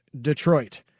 Detroit